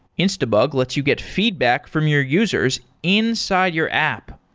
instabug lets you get feedback from your users inside your app.